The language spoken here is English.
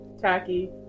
tacky